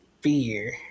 fear